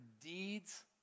deeds